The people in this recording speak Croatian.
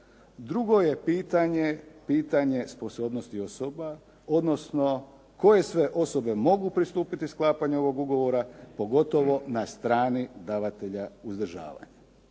pitanje pitanje sposobnosti osoba, odnosno koje sve osobe mogu pristupiti sklapanju ovog ugovora, pogotovo na strani davatelja uzdržavanja.